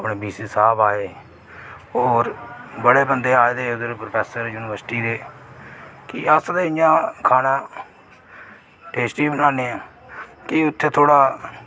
अपने बीसी साहब आए और बड़े बंदे आए दे हे इद्धर प्रोफेसर यूनिबर्सट्री दे कि अस ते इयां खाना टेस्टी गै बनाने हा कि उत्थै थोह्ड़ा